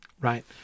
right